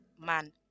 man